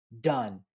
done